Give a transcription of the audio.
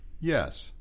Yes